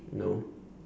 no